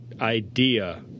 idea